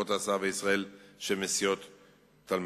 רצוני לשאול: 1. מדוע לא יושוו התנאים ותיחסך העלות הנוספת מהתלמידים?